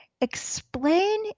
explain